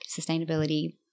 sustainability